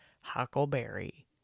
huckleberry